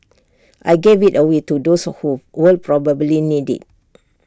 I gave IT away to those who will probably need IT